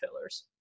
fillers